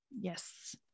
Yes